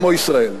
כמו ישראל.